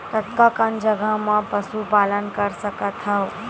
कतका कन जगह म पशु पालन कर सकत हव?